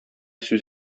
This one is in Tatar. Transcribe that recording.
сүз